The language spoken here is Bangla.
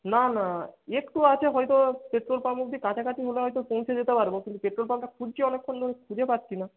না না একটু আছে হয়ত পেট্রল পাম্প অবধি কাছাকাছি হলে হয়ত পৌঁছে যেতে পারব কিন্তু পেট্রল পাম্পটা খুঁজছি অনেক্ষণ ধরে খুঁজে পাচ্ছি না